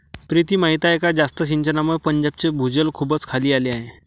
प्रीती माहीत आहे का जास्त सिंचनामुळे पंजाबचे भूजल खूपच खाली आले आहे